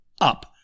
up